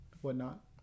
whatnot